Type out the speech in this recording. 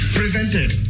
prevented